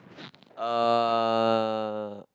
uh